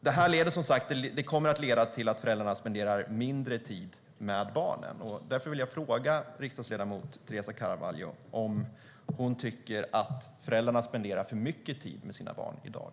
Detta kommer att leda till att föräldrarna tillbringar mindre tid med barnen. Därför vill jag fråga riksdagsledamot Teresa Carvalho om hon tycker att föräldrarna tillbringar för mycket tid med sina barn i dag.